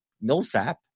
Millsap